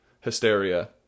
hysteria